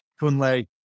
Kunle